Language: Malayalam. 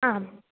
ആം